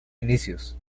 inicios